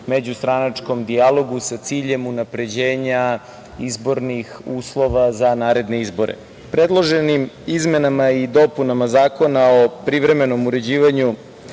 međustranačkom dijalogu, sa ciljem unapređenja izbornih uslova za naredne izbore. Predloženim izmenama i dopunama Zakona o privremenom uređivanju